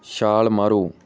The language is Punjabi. ਛਾਲ ਮਾਰੋ